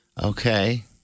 Okay